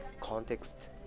context